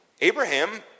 Abraham